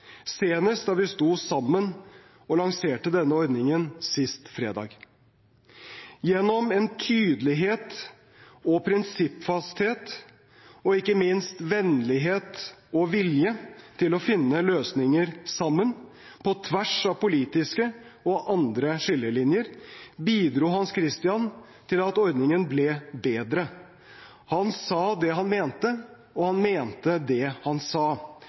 senest da vi sto sammen og lanserte denne ordningen sist fredag. Gjennom en tydelighet og prinsippfasthet, og ikke minst vennlighet og vilje til å finne løsninger på tvers av politiske og andre skillelinjer, bidro Hans-Christian til at ordningen ble bedre. Han sa det han mente, og han mente det han sa.